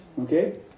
Okay